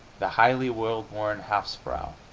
the highly well-born hausfrau,